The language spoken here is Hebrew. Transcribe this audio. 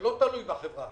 שהם לא תלויים בחברה